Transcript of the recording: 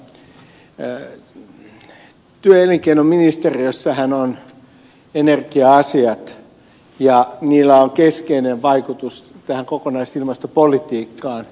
työ ja elinkeinoministeriössähän on energia asiat ja niillä on keskeinen vaikutus tähän kokonaisilmastopolitiikkaan